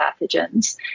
pathogens